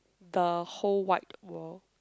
the whole wide world